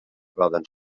poden